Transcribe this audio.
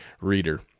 reader